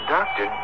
Doctor